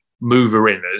mover-inners